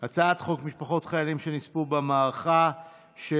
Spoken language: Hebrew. הצעת חוק משפחות חיילים שנספו במערכה של